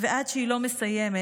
ועד שהיא לא מסיימת,